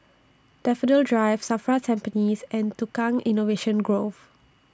Daffodil Drive SAFRA Tampines and Tukang Innovation Grove